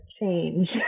change